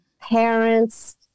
parents